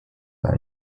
are